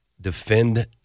defend